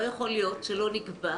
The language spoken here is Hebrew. לא יכול להיות שלא נקבע